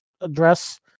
address